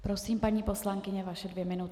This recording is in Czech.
Prosím, paní poslankyně, vaše dvě minuty.